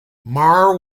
maher